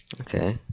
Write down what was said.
Okay